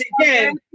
again